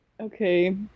Okay